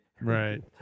right